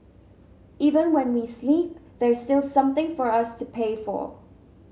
even when we sleep there's still something for us to pay for